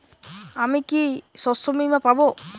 আমি কি শষ্যবীমা পাব?